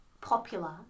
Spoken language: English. popular